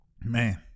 Man